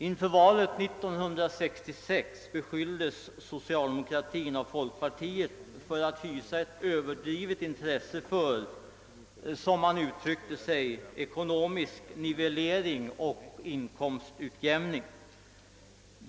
Inför valet 1966 beskylldes socialdemokratin av folkpartiet för att hysa ett överdrivet intresse för, som man uttryckte det, ekonomisk nivellering och inkomstutjämning.